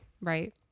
Right